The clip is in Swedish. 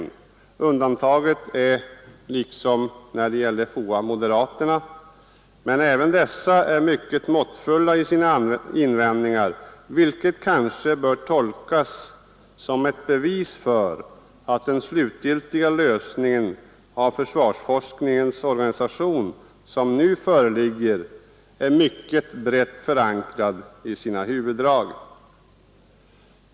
De enda som inte gör det är moderaterna, men även de är mycket måttfulla i sina invändningar, vilket kanske bör tolkas som ett bevis för att den slutgiltiga lösning av försvarsforskningens organisation som nu föreligger i sina huvuddrag är mycket brett förankrad.